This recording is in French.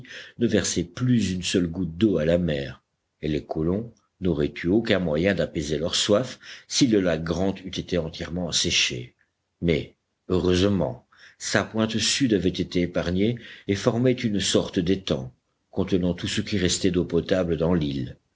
ne versaient plus une seule goutte d'eau à la mer et les colons n'auraient eu aucun moyen d'apaiser leur soif si le lac grant eût été entièrement asséché mais heureusement sa pointe sud avait été épargnée et formait une sorte d'étang contenant tout ce qui restait d'eau potable dans l'île